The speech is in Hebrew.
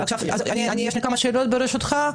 יש לי כמה שאלות, ברשותך.